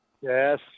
Yes